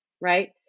right